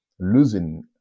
Losing